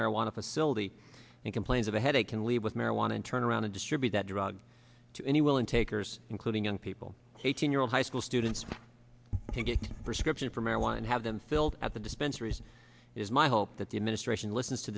marijuana facility and complains of a headache can leave with marijuana and turn around and distribute that drug to anyone takers including young people eighteen year old high school students to get prescription for marijuana and have them filled at the dispensary is my hope that the administration listens to